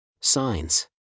Signs